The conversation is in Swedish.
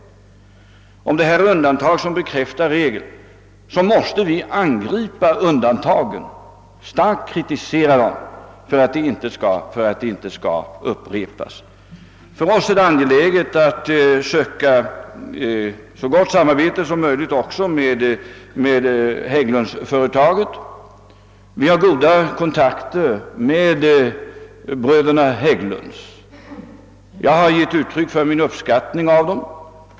Om denna händelse är ett undantag som bekräftar regeln, måste vi angripa undantagen och starkt kritisera dem för att de inte skall upprepas. För oss är det angeläget att söka ett så gott samarbete som möjligt också med Hägglundföretaget. Vi har goda kontakter med bröderna Hägglund. Jag har givit uttryck för min uppskattning av dem.